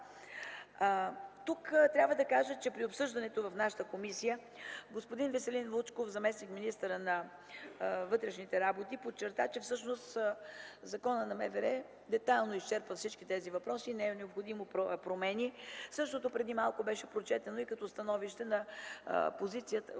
Тук трябва да кажа, че при обсъждането в нашата комисия господин Веселин Вучков – заместник-министърът на вътрешните работи, подчерта, че Законът за МВР детайлно изчерпва всички тези въпроси и не са необходими промени. Същото преди малко беше прочетено и като становище на групата